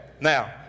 now